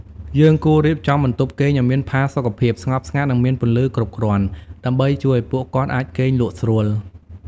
យើងគួររៀបចំបន្ទប់គេងឱ្យមានផាសុកភាព ស្ងប់ស្ងាត់ និងមានពន្លឺគ្រប់គ្រាន់ ដើម្បីជួយឲ្យពួកគាត់អាចគេងលក់ស្រួល។